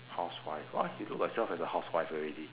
housewife !wah! you look yourself as a housewife already